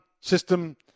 system